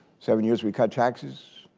seven years we cut taxes,